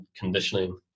conditioning